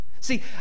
See